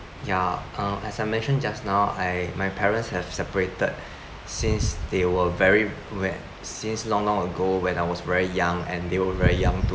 ya um as I mentioned just now I my parents have separated since they were very when since long long ago when I was very young and they were very young too